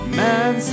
man